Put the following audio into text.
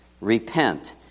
Repent